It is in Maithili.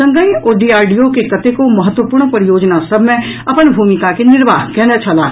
संगहि ओ डीआरडीओ के कतेको महत्वपूर्ण परियोजना सभ मे अपन भूमिका के निर्वाह कयने छलाह